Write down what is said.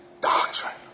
doctrine